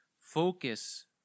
focus